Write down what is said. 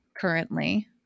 currently